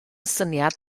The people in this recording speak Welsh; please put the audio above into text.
syniad